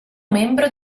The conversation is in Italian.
membro